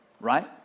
right